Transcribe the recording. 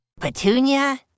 Petunia